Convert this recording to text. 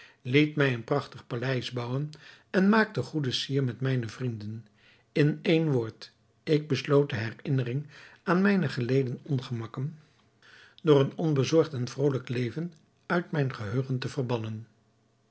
liet mij een prachtig paleis bouwen en maakte goede sier met mijne vrienden in één woord ik besloot de herinnering aan mijne geleden ongemakken door een onbezorgd en vrolijk leven uit mijn geheugen te verbannen